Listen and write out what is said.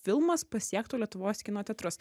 filmas pasiektų lietuvos kino teatrus